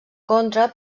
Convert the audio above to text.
contra